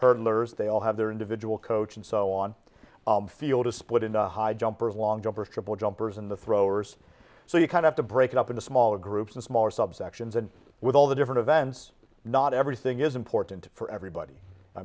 hurdlers they all have their individual coach and so on field a split into high jumpers long jump or triple jumpers in the throwers so you kind of to break it up into smaller groups and smaller subsections and with all the different events not everything is important for everybody i